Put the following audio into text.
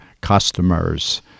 customers